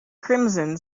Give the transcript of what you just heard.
crimson